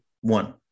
one